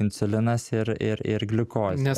insulinas ir ir ir gliukozė